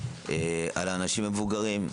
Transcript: על האנשים המבוגרים,